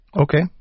Okay